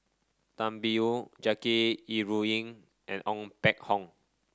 Tan Biyun Jackie Yi Ru Ying and Ong Peng Hock